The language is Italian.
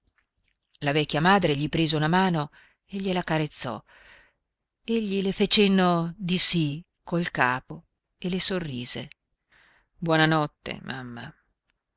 la vecchia madre gli prese una mano e gliela carezzò egli le fe cenno di sì col capo e le sorrise buona notte mamma